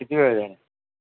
किती वेळ झाला